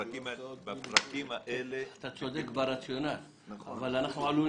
אתה צודק ברציונל אבל אנחנו עלולים